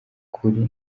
kuri